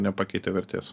nepakeitė vertės